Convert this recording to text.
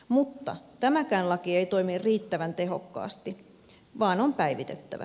mutta tämäkään laki ei toimi riittävän tehokkaasti vaan on päivitettävä